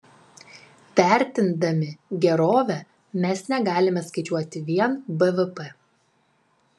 vertindami gerovę mes negalime skaičiuoti vien bvp